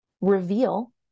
reveal